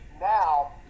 now